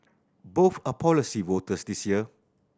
both are policy voters this year